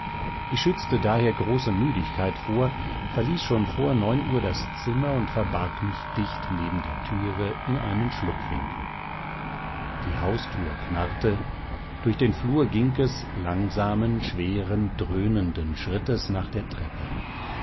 ich schützte daher große müdigkeit vor verließ schon vor neun uhr das zimmer und verbarg mich dicht neben der türe in einen schlupfwinkel die haustür knarrte durch den flur ging es langsamen schweren dröhnenden schrittes nach der treppe